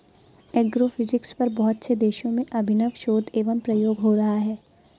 agrophysics पर बहुत से देशों में अभिनव शोध एवं प्रयोग हो रहा है